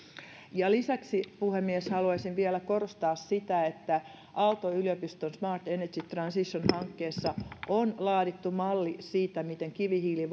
ja lisäksi puhemies haluaisin vielä korostaa sitä että aalto yliopiston smart energy transition hankkeessa on laadittu malli siitä miten kivihiili